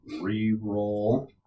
re-roll